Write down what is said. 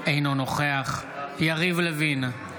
אינו נוכח יריב לוין,